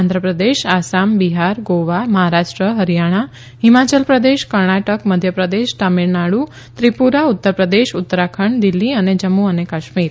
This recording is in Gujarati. આંધ્રપ્રદેશ આસામ બિહાર ગોવા મહારાષ્ટ્ર હરીયાણા હિમાચલપ્રદેશ કર્ણાટક મધ્યપ્રદેશ તમીળનાડુ ત્રિપુરા ઉત્તરપ્રદેશ ઉત્તરાખંડ દિલ્ફી અને જમ્મુ અને કાશ્મીર